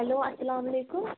hello اسلامُ علیکُم